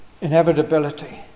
inevitability